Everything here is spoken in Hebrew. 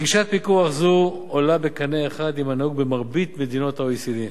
גישת פיקוח זו עולה בקנה אחד עם הנהוג במרבית מדינות ה-OECD,